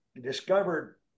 discovered